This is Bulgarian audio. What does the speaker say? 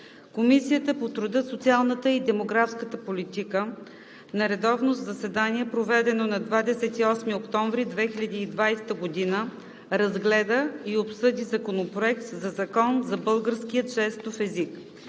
Комисията по труда, социалната и демографската политика на редовно заседание, проведено на 28 октомври 2020 г., разгледа и обсъди Законопроект за българския жестов език.